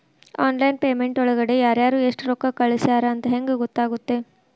Online payment ಒಳಗಡೆ ಯಾರ್ಯಾರು ಎಷ್ಟು ರೊಕ್ಕ ಕಳಿಸ್ಯಾರ ಅಂತ ಹೆಂಗ್ ಗೊತ್ತಾಗುತ್ತೆ?